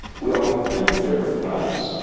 we all think different thoughts,